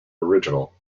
original